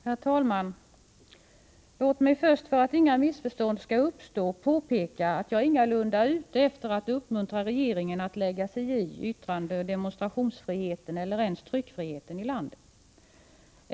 Herr talman! Låt mig först, för att inga missförstånd skall uppstå, påpeka att jag ingalunda är ute efter att uppmuntra regeringen att lägga sig i yttrandefriheten, demonstrationsfriheten eller ens tryckfriheten i landet.